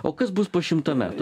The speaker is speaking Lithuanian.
o kas bus po šimto metų